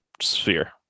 sphere